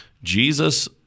jesus